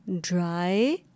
dry